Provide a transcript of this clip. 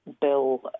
bill